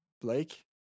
Blake